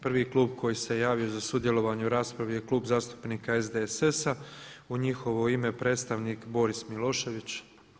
Prvi klub koji se javio za sudjelovanje u raspravi je Klub zastupnika SDSS-a, u njihovo ime predstavnik Boris Milošević.